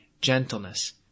gentleness